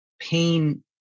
pain